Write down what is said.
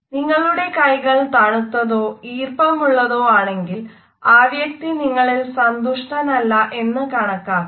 നിങ്ങളുടെ കൈകൾ തണുത്തതോ ഈർപ്പമുള്ളതോ ആണെങ്കിൽ ആ വ്യക്തി നിങ്ങളിൽ സന്തുഷ്ടനല്ല എന്ന് കണക്കാക്കാം